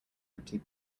empty